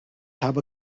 habe